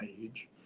age